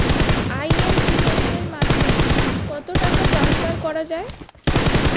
IMPS এর মাধ্যমে কত টাকা ট্রান্সফার করা যায়?